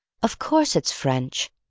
of course, it's french,